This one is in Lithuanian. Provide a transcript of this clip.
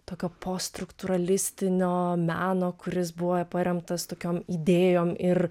tokio po struktūralistinio meno kuris buvo paremtas tokiom idėjom ir